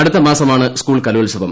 അടുത്ത മാസമാണ് സ്കൂൾ കലോത്സവം